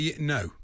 no